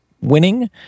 winning